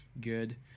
good